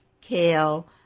Kale